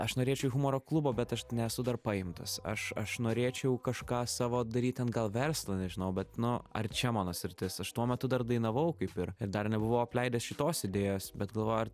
aš norėčiau į humoro klubą bet aš nesu dar paimtas aš aš norėčiau kažką savo daryt ten gal verslą nežinau bet nu ar čia mano sritis aš tuo metu dar dainavau kaip ir ir dar nebuvau apleidęs šitos idėjos bet galvoju ar